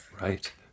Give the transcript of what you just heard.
Right